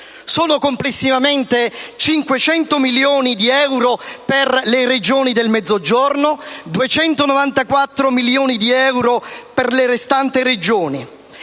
pressoché risibili: 500 milioni di euro per le Regioni del Mezzogiorno e 294 milioni di euro per le restanti Regioni.